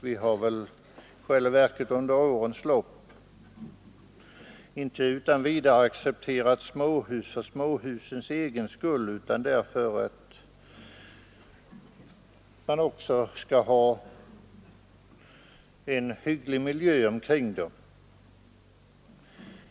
Vi har i själva verket under årens lopp inte utan vidare accepterat småhus för småhusens egen skull utan därför att man också skall ha en hygglig miljö.